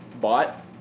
bought